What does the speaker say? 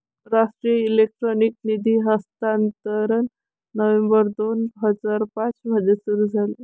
राष्ट्रीय इलेक्ट्रॉनिक निधी हस्तांतरण नोव्हेंबर दोन हजार पाँच मध्ये सुरू झाले